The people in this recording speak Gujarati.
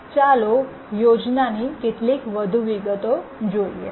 ચાલો યોજનાની કેટલીક વધુ વિગતો જોઈએ